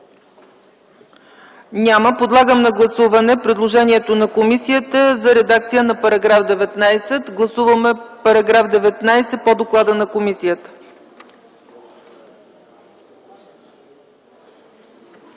Няма. Подлагам на гласуване предложението на комисията за редакция на § 19. Гласуваме § 19 по доклада на комисията.